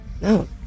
No